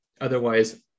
otherwise